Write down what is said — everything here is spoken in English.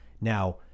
Now